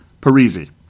Parisi